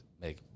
make